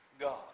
God